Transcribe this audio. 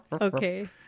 Okay